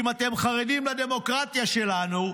"אם אתם חרדים לדמוקרטיה שלנו,